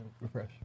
refresh